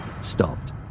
stopped